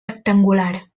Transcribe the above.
rectangular